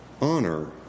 honor